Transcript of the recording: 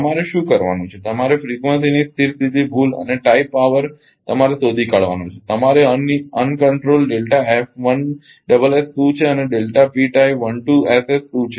તમારે શું કરવાનું છે કે તમારે ફ્રિકવન્સીની સ્થિર સ્થિતી ભૂલ અને આ ટાઇ પાવર તમારે શોધી કાઢવાનો છે કે તમારે અનિયંત્રિત શું અને શું છે